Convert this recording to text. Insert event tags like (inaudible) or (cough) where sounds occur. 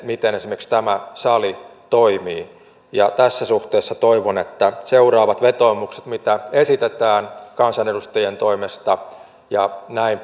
miten esimerkiksi tämä sali toimii tässä suhteessa toivon että seuraavat vetoomukset mitä esitetään kansanedustajien toimesta ja näin (unintelligible)